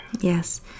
Yes